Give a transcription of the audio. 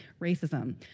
racism